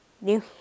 New